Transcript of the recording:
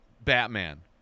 batman